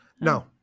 No